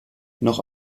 noch